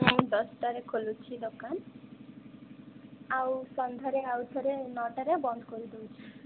ମୁଁ ଦଶଟାରେ ଖୋଲୁଛି ଦୋକାନ ଆଉ ସନ୍ଧ୍ୟାରେ ଆଉ ଥରେ ନଅଟାରେ ବନ୍ଦ କରିଦେଉଛି